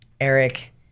Eric